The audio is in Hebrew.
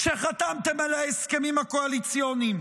כשחתמתם על ההסכמים הקואליציוניים?